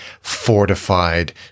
fortified